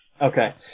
Okay